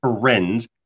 friends